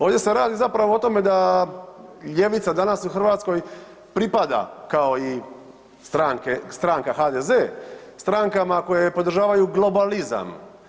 Ovdje se radi zapravo o tome da ljevica danas u Hrvatskoj pripada kao i stranka HDZ strankama koje podržavaju globalizam.